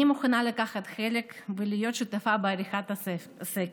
אני מוכנה לקחת חלק ולהיות שותפה בעריכת הסקר.